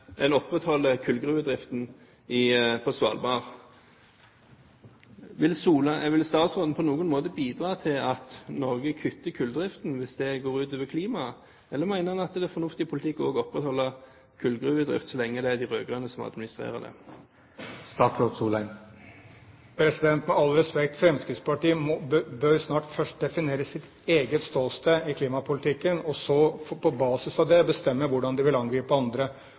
en opprettholder kullgruvedriften på Svalbard. Vil statsråden på noen måte bidra til at Norge kutter kulldriften hvis det går ut over klimaet, eller mener han at det er en fornuftig politikk å opprettholde kullgruvedrift så lenge det er de rød-grønne som administrerer den? Med all respekt: Fremskrittspartiet bør først definere sitt eget ståsted i klimapolitikken og så på basis av det bestemme hvordan de vil angripe andre.